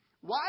Why